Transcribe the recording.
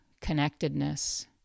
connectedness